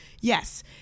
Yes